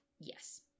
Yes